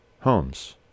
homes